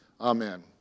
amen